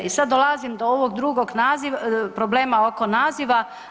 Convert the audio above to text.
I sada dolazim do ovog drugog problema oko naziva.